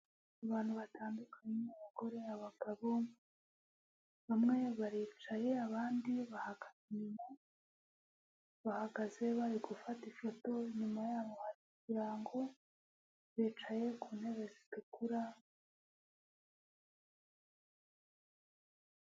Abantu batandukanye, abagore, abagabo, bamwe baricaye, abandi bahagaze inyuma, bahagaze bari gufata ifoto, inyuma yabo hari ikirango, bicaye ku ntebe zitukura...